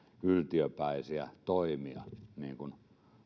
yltiöpäisiä toimia niin kuin